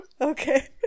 Okay